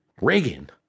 Reagan